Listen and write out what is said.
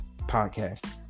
Podcast